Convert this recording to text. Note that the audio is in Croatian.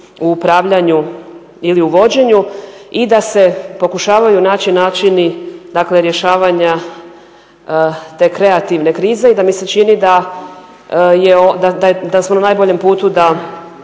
u upravljanju ili u vođenju i da se pokušavaju naći načini rješavanja te kreativne krize i da mi se čini da smo na najboljem putu da